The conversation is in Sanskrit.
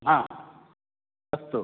आ अस्तु